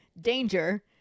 Danger